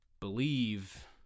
believe